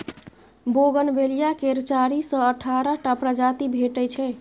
bougainvillea केर चारि सँ अठारह टा प्रजाति भेटै छै